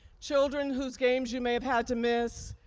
children whose games you may have had to miss,